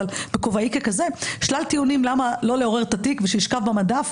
אבל בכובעי ככזו ללמה לא לעורר את התיק; שישכב במדף,